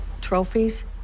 trophies